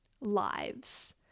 lives